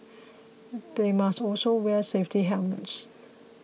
they must also wear safety helmets